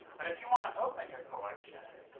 but if you want open your collection,